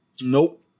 Nope